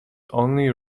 only